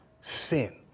sin